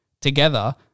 together